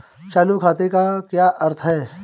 चालू खाते का क्या अर्थ है?